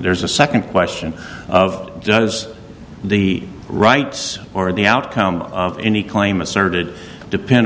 there's a second question of does the rights or the outcome of any claim asserted depend